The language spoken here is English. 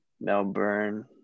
Melbourne